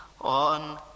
on